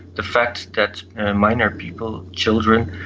the fact that minor people, children,